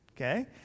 okay